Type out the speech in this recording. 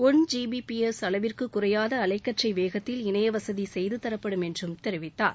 ஒள் G B P S அளவிற்கு குறையாத அலைக்கற்றை வேகத்தில் இணையவசதி செய்துதரப்படும் என்றும் தெரிவித்தார்